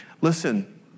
Listen